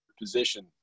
position